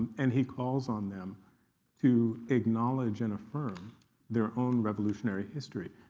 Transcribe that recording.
and he calls on them to acknowledge and affirm their own revolutionary history,